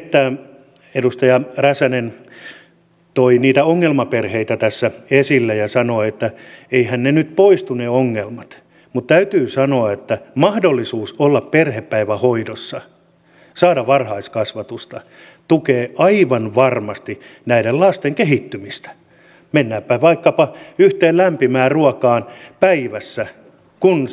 kun edustaja räsänen toi niitä ongelmaperheitä tässä esille ja sanoi että eiväthän ne ongelmat nyt poistu täytyy sanoa että mahdollisuus olla perhepäivähoidossa saada varhaiskasvatusta tukee aivan varmasti näiden lasten kehittymistä mennäänpä vaikkapa yhteen lämpimään ruokaan päivässä kun